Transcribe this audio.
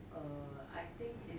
err I think is